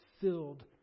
filled